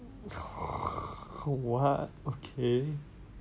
what okay